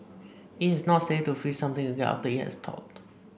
it is not safe to freeze something again after it has thawed